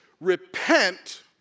repent